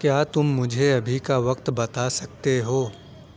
کیا تم مجھے ابھی کا وقت بتا سکتے ہو